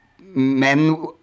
men